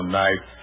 night